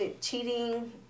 cheating